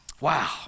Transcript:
Wow